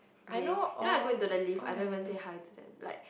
they you know I go into the lift I don't even say hi to them like